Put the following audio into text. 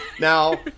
Now